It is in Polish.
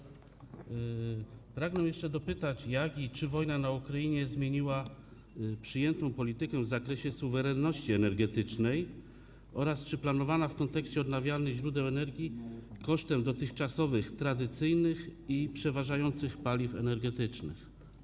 Pragnę jeszcze dopytać, jak i czy wojna w Ukrainie zmieniła przyjętą politykę w zakresie suwerenności energetycznej oraz czy jest taka planowana w kontekście odnawialnych źródeł energii kosztem dotychczasowych tradycyjnych i przeważających paliw energetycznych.